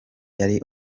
yari